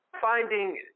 finding